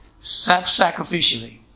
Self-sacrificially